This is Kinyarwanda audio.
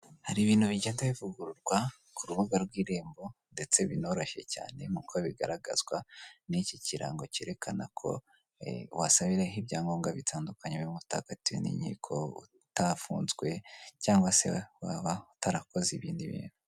Hari ibintu bigenda bivugururwa ku rubuga rw'irembo ndetse binoroshye cyane nk'uko bigaragazwa n'iki kirango cyerekana ko, wasabiraho ibyangombwa bitandukanye, birimo uko utakatiwe n'inkiko uko utafunzwe cyangwa se waba utarakoze ibindi bintu.